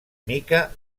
mica